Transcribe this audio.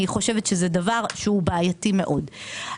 אני חושבת שזה דבר בעייתי מאוד.